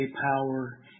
power